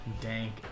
Dank